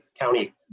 county